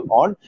on